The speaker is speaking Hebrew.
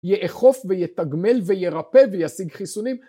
יאכוף ויתגמל וירפא וישיג חיסונים